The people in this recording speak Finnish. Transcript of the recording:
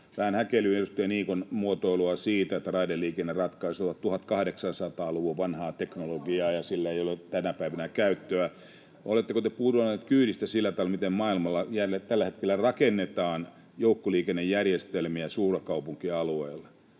Vähän häkellyin edustaja Niikon muotoilusta, että raideliikenneratkaisut ovat 1800-luvun vanhaa teknologiaa [Mika Niikko: No eikös se ole 1800-luvulta?] ja sillä ei ole tänä päivänä käyttöä. Oletteko te pudonnut kyydistä siinä, miten maailmalla tällä hetkellä rakennetaan joukkoliikennejärjestelmiä suurkaupunkialueilla?